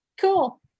cool